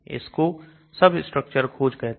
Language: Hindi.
इसको सबस्ट्रक्चर खोज कहते हैं